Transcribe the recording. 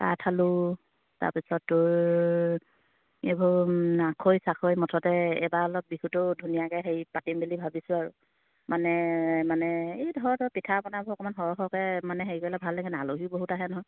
কাঠ আলু তাৰপিছত তোৰ এইবোৰ আখৈ চাখৈ মুঠতে এইবাৰ অলপ বিহুটো ধুনীয়াকে হেৰি পাতিম বুলি ভাবিছোঁ আৰু মানে মানে এই ধৰ ধৰ পিঠা বনাবোৰ অকণমান সৰহ সৰহকে মানে হেৰি হ'লে ভাল লাগে নাই আলহী বহুত আহে নহয়